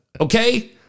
Okay